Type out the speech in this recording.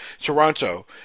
Toronto